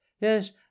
yes